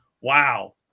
Wow